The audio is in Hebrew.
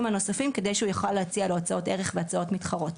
הנוספים כדי שהוא יוכל להציע לו הצעות ערך והצעות מתחרות.